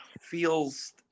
feels